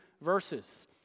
verses